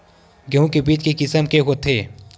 गेहूं के बीज के किसम के होथे?